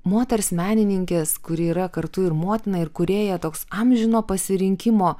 moters menininkės kuri yra kartu ir motina ir kūrėja toks amžino pasirinkimo